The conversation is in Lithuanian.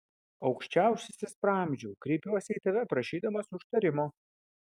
aukščiausiasis praamžiau kreipiuosi į tave prašydamas užtarimo